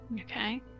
Okay